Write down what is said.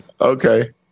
Okay